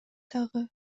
дагы